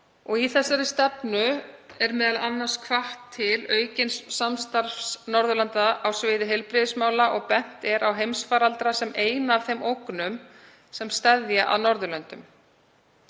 Í stefnunni er meðal annars hvatt til aukins samstarfs Norðurlanda á sviði heilbrigðismála og bent er á heimsfaraldra sem eina af þeim ógnum sem steðja að Norðurlöndum.“